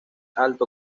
alto